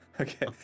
Okay